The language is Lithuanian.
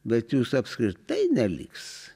bet jūsų apskritai neliks